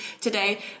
today